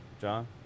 John